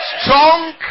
strong